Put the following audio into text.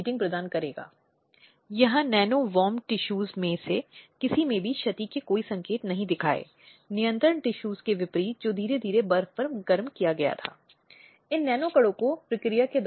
अब इस अधिकार की गारंटी उन महिलाओं को दी गई है जो इस तरह की घरेलू हिंसा का विषय रही हैं